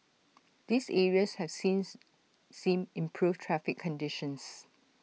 these areas have since seen improved traffic conditions